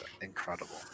Incredible